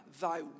thy